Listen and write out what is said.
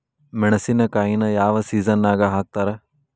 ಮೆಣಸಿನಕಾಯಿನ ಯಾವ ಸೇಸನ್ ನಾಗ್ ಹಾಕ್ತಾರ?